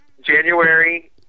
january